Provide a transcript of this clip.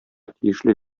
тиешле